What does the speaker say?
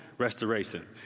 restoration